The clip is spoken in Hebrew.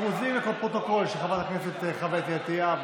אנחנו מוסיפים את הקול של חברת הכנסת חוה אתי עטייה,